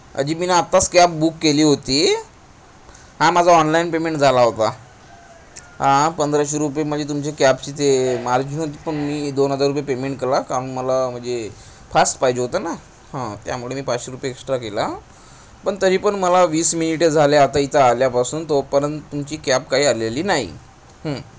अजी मी ना आत्ताच कॅब बुक केली होती हा माझा ऑनलाईन पेमेंट झाला होता हां पंधराशे रुपये म्हणजे तुमच्या कॅबची ते मार्जिन होती पण मी दोन हजार रुपये पेमेंट केला कारण मला म्हणजे फास्ट पाहिजे होतं ना हं त्यामुळे मी पाचशे रुपये एक्स्ट्रा केला पण तरी पण मला वीस मिनिटे झाले आता इथं आल्यापासून तोपर्यंत तुमची कॅब काही आलेली नाही